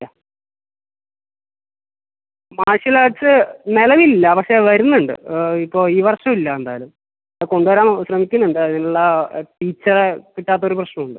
യാ martial arts നിലവിലില്ല പക്ഷെ വരുന്നുണ്ട് ഇപ്പോൾ ഈ വർഷം ഇല്ല എന്തായാലും ആ കൊണ്ട് വരാൻ ശ്രമിക്കുന്നുണ്ട് അതിനുള്ള ടീച്ചറെ കിട്ടാത്ത ഒരു പ്രശ്നം ഉണ്ട്